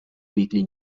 weekly